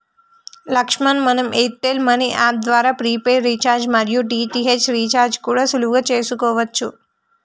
లక్ష్మణ్ మనం Airtel money app ద్వారా prepaid recharge మరియు డి.టి.హెచ్ రీఛార్జి కూడా సులువుగా చేసుకోవచ్చు